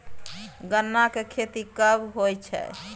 गन्ना की खेती कब होय छै?